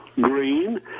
green